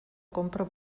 compra